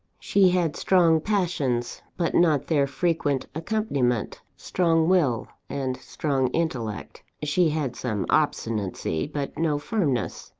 she had strong passions, but not their frequent accompaniment strong will, and strong intellect. she had some obstinacy, but no firmness.